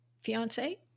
fiance